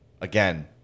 again